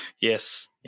yes